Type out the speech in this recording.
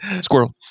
Squirrel